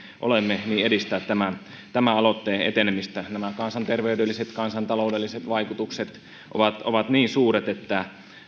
olemme edistää tämän aloitteen etenemistä nämä kansanterveydelliset ja kansantaloudelliset vaikutukset ovat ovat niin suuret että